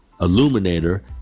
illuminator